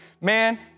Man